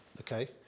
okay